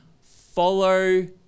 follow